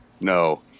No